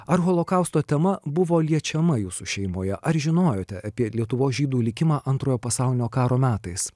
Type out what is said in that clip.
ar holokausto tema buvo liečiama jūsų šeimoje ar žinojote apie lietuvos žydų likimą antrojo pasaulinio karo metais